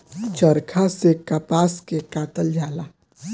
चरखा से कपास के कातल जाला